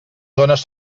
zones